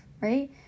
right